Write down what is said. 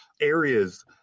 areas